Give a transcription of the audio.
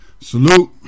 salute